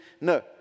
No